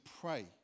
pray